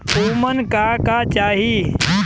उमन का का चाही?